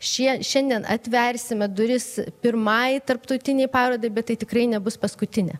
šie šiandien atversime duris pirmajai tarptautinei parodai bet tai tikrai nebus paskutinė